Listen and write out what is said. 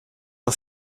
for